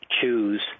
choose